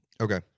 Okay